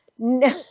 No